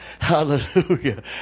Hallelujah